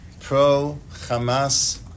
pro-Hamas